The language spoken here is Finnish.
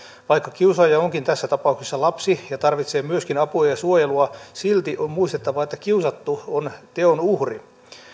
vaikka kiusaaja onkin tässä tapauksessa lapsi ja tarvitsee myöskin apua ja suojelua silti on muistettava että kiusattu on teon uhri